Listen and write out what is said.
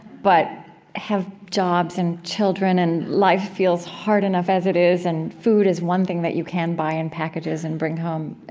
but have jobs and children and life feels hard enough as it is and food is one thing that you can buy in packages and bring home?